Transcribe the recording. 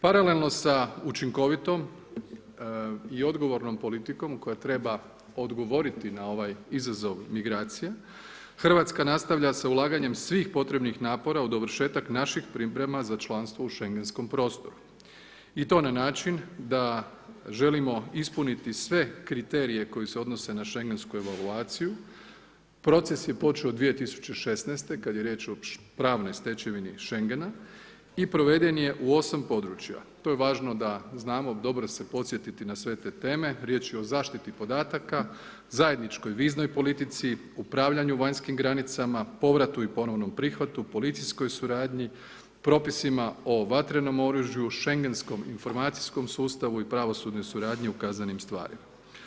Paralelno sa učinkovitom i odgovornom politikom koja treba odgovoriti na ovaj izazov migracija, Hrvatska nastavlja sa ulaganjem svih potrebnih napora u dovršetak naših priprema za članstvo u Šengenskom prostoru i to na način da želimo ispuniti sve kriterije koji se odnose na Šengensku evaluaciju, proces je počeo 2016. kad je riječ o pravnoj stečevini Šengena i proveden je u 8 područja, to je važno da znamo, dobro se podsjetiti na sve te teme riječ je o zaštiti podatak, zajedničkoj viznoj politici, upravljanju vanjskim granicama, povratu i ponovnom prihvatu, policijskoj suradnji, propisima o vatrenom oružju, Šengenskom informacijskom sustavu i pravosudnoj suradnji u kaznenim stvarima.